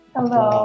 Hello